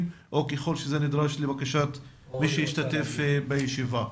או ככל שזה נדרש לבקשת מי שהשתתף בישיבה.